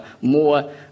more